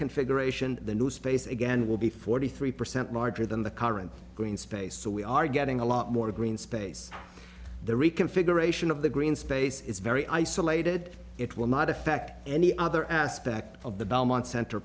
reconfiguration the new space again will be forty three percent larger than the current green space so we are getting a lot more green space the reconfiguration of the green space is very isolated it will not affect any other aspect of the belmont cent